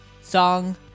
song